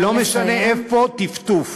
ולא משנה איפה, טפטוף.